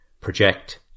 project